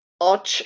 Och